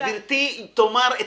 גברתי תאמר את